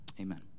Amen